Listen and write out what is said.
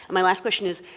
my last question is,